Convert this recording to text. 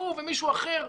שהוא ומישהו אחר,